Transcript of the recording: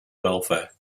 welfare